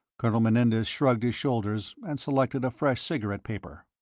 colonel menendez shrugged his shoulders and selected a fresh cigarette paper.